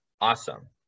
awesome